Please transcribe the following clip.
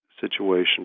situation